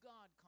God